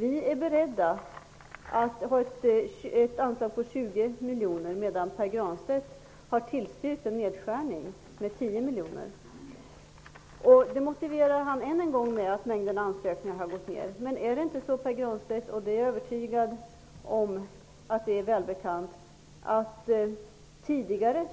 Vi socialdemokrater är beredda till ett anslag på 20 miljoner, medan Pär Granstedt har tillstyrkt en nedskärning med 10 miljoner kronor. Det motiverar han än en gång med att mängden ansökningar har gått ned i antal. Men är det inte så, Pär Granstedt,